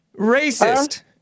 Racist